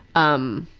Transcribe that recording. um,